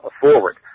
forward